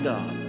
God